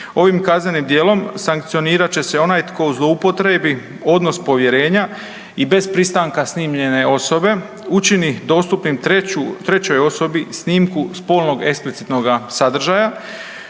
Ovim kaznenim djelom sankcionirat će se onaj tko zloupotrijebi odnos povjerenja i bez pristanka snimljene osobe učiniti dostupnim trećoj osobi snimku spolnog eksplicitnoga sadržaja